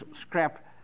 scrap